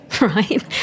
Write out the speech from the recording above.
right